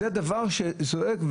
זה דבר שזועק.